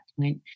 point